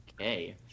Okay